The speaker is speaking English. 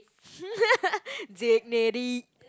dignity